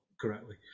correctly